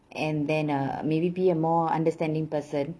and then uh maybe be a more understanding person